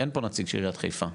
אין פה נציג של עיריית חיפה.